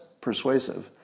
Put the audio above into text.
persuasive